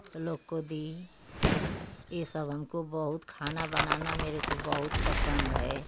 उस लोग को दी ये सब हमको बहुत खाना बनाना मेरे को बहुत पसंद है